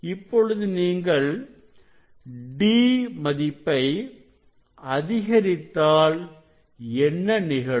இப்பொழுது நீங்கள் D மதிப்பை அதிகரித்தால் என்ன நிகழும்